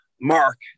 mark